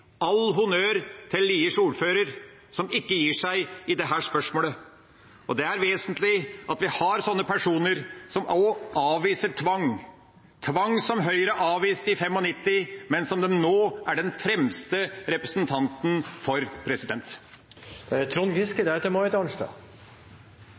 All honnør til Liers ordfører, som ikke gir seg i dette spørsmålet. Det er vesentlig at vi har sånne personer som avviser tvang – tvang som Høyre avviste i 1995, men som de nå er den fremste representanten for. Det nærmer seg slutten på en lang og viktig debatt, men ved tampen er det